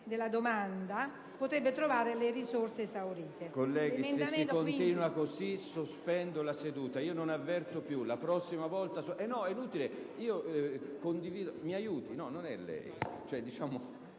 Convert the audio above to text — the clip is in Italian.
della domanda, potrebbe trovare le risorse esaurite.